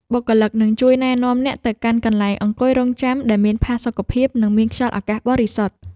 បុគ្គលិកនឹងជួយណែនាំអ្នកទៅកាន់កន្លែងអង្គុយរង់ចាំ ដែលមានផាសុកភាព និងមានខ្យល់អាកាសបរិសុទ្ធ។